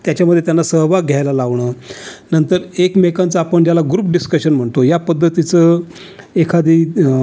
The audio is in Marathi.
त्याच्यामध्ये त्यांना सहभाग घ्यायला लावणं नंतर एकमेकांचं आपण ज्याला ग्रुप डिस्कशन म्हणतो या पद्धतीचं एखादी